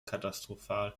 katastrophal